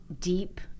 deep